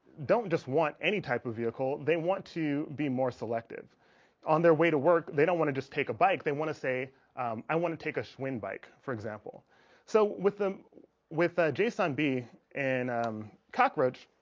don't just want any type of vehicle they want to be more selective on their way to work they don't want to just take a bike they want to say i want to take a swim bike for example so with them with ah json bee and um cockroach